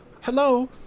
Hello